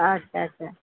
ଆଚ୍ଛା ଆଚ୍ଛା